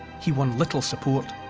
he won little support.